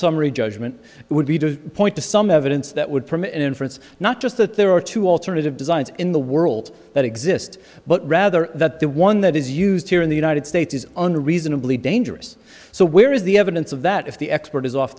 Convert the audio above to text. summary judgment would be to point to some evidence that would permit an inference not just that there are two alternative designs in the world that exist but rather that the one that is used here in the united states is unreasonably dangerous so where is the evidence of that if the expert is off